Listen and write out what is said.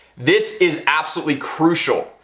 this is absolutely crucial.